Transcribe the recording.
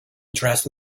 dressed